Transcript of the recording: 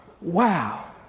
Wow